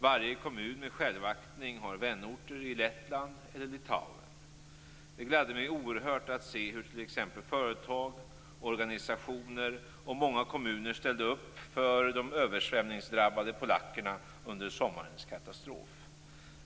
Varje kommun med självaktning har vänorter i Lettland eller Litauen. Det gladde mig oerhört att se hur t.ex. företag, organisationer och många kommuner ställde upp för de översvämningsdrabbade polackerna under sommarens katastrof.